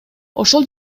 ошол